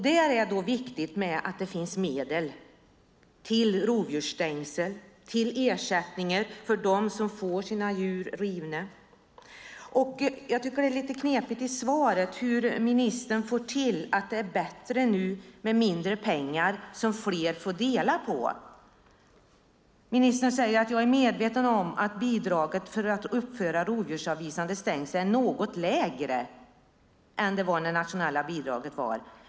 Då är det viktigt att det finns medel till rovdjursstängsel och till ersättning för dem som får sina djur rivna. Det som sägs i svaret är lite knepigt, hur ministern får det till att det nu är bättre med mindre pengar som fler får dela på. Minister säger: "Jag är medveten om att bidraget för att uppföra rovdjursavvisande stängsel är något lägre inom landsbygdsprogrammet än det nationella bidraget var.